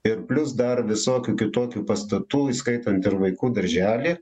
ir plius dar visokių kitokių pastatų įskaitant ir vaikų darželį